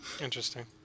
Interesting